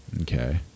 Okay